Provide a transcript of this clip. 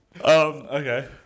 Okay